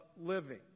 living